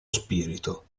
spirito